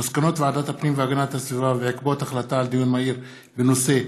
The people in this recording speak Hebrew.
מסקנות ועדת הפנים והגנת הסביבה בעקבות דיון מהיר בהצעתם